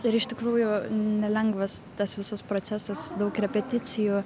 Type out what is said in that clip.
ir iš tikrųjų nelengvas tas visas procesas daug repeticijų